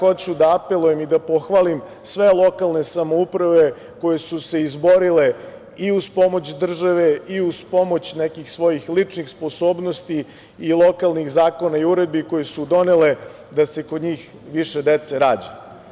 Hoću da apelujem i da pohvalim sve lokalne samouprave koje su se izborile i uz pomoć države i uz pomoć nekih svojih ličnih sposobnosti i lokalnih zakona i uredbi koje su donele da se kod njih više dece rađa.